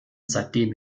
seitdem